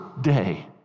day